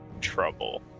trouble